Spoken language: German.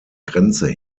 grenze